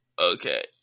Okay